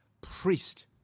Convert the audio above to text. priest